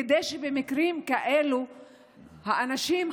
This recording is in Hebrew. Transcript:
כדי שבמקרים כאלה האנשים,